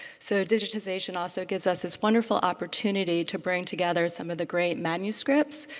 so digitization also gives us this wonderful opportunity to bring together some of the great manuscripts.